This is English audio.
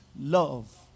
love